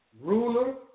Ruler